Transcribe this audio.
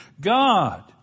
God